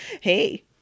hey